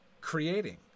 creating